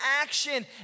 action